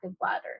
bladder